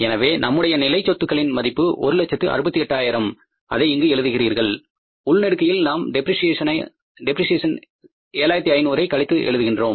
எனவே நம்முடைய நிலை சொத்துக்களின் மதிப்பு ஒரு லட்சத்து 68 ஆயிரம் அதை இங்கு எழுதுகின்றீர்கள் உல் நெடுக்கையில் நாம் டெப்ரிசியேஷன் 7500 ஐ கழித்து எழுதுகின்றோம்